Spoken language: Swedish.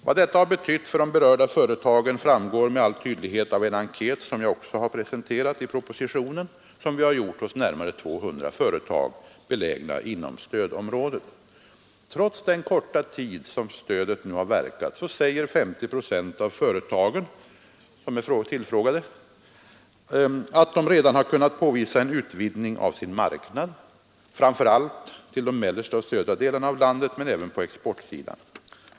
Vad detta har betytt för de berörda företagen framgår med all tydlighet av en enkät, som jag också har presenterat i propositionen och som vi har gjort hos närmare 200 företag, belägna inom stödområdet. Trots den korta tid som stödet nu har verkat säger 50 procent av de företag som är tillfrågade, att de redan har kunnat påvisa en utvidgning av sin marknad, framför allt till de mellersta och södra delarna av landet men även på exportsidan.